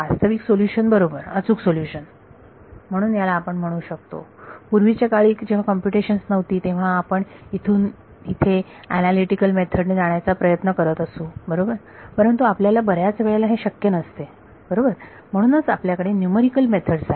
वास्तविक सोल्युशन बरोबर अचूक सोल्युशन म्हणून याला आपण म्हणू शकतो पूर्वीच्या काळी जेव्हा कम्प्युटेशन्स नव्हती तेव्हा आपण इथून तिथे अनालीटीकल मेथड ने जाण्याचा प्रयत्न करत असू बरोबर परंतु आपल्याला बऱ्याच वेळा हे शक्य नसते बरोबर म्हणूनच आपल्याकडे न्यूमरिकल मेथड्स आहेत